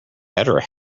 better